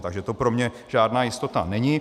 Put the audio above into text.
Takže to pro mne žádná jistota není.